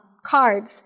Cards